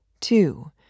two